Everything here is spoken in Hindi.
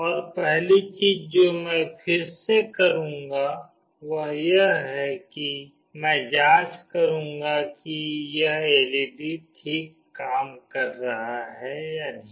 और पहली चीज जो मैं फिर से करूंगी वह यह है कि मैं जांच करूंगी कि यह एलईडी ठीक काम कर रही है या नहीं